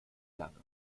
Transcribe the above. lange